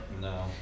No